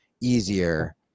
easier